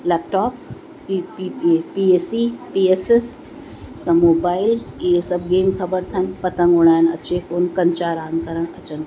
laptop E P P A C P S S त mobile इहे सभु game ख़बर अथनि पतंग उड़ाइणु अचे कोन कंचा रांदि करणु अचनि कोन